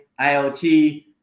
IoT